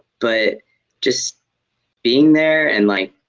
but just being there and like,